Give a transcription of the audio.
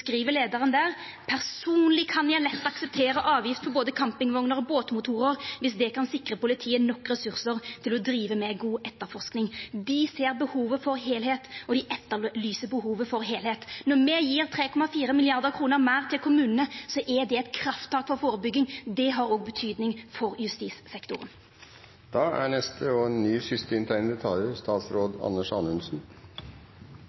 kan jeg lett akseptere avgift på både campingvogner og båtmotorer hvis det kan sikre politiet nok ressurser til å drive god etterforskning.» Dei ser behovet for heilskap, og dei etterlyser behovet for heilskap. Når me gjev 3,4 mrd. kr meir til kommunane, er det eit krafttak for førebygging. Det har òg betydning for justissektoren. Til det siste: Regjeringen er